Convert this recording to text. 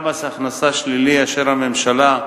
גם מס הכנסה שלילי, אשר הממשלה,